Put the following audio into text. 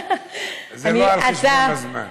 זה בא על חשבון הזמן.